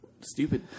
stupid